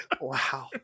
Wow